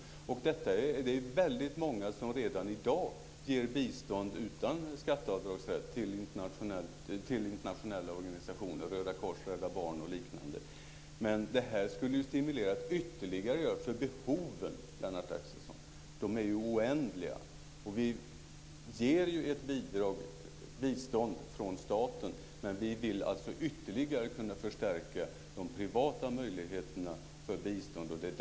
Väldigt många ger redan i dag bistånd utan skatteavdrag till internationella organisationer, Röda korset, Rädda Barnen osv. Det här skulle stimulera ytterligare, för behoven är oändliga, Lennart Axelsson. Vi ger ett bistånd från staten, men vi vill kunna förstärka de privata möjligheterna för bistånd ytterligare.